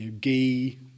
ghee